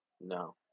No